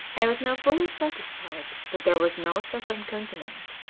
i was now fully satisfied that there was no southern continent.